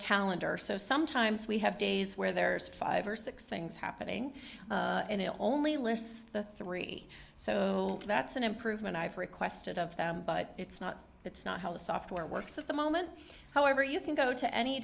calendar so sometimes we have days where there's five or six things happening and it only lists the three so that's an improvement i've requested of them but it's not that's not how the software works at the moment however you can go to any